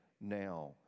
now